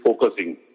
focusing